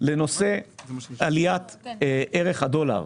לנושא של עליית ערך הדולר,